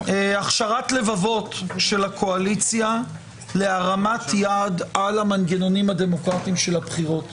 הכשרת לבבות של הקואליציה להרמת יד על המנגנונים הדמוקרטים של הבחירות.